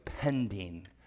pending